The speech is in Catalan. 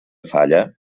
falla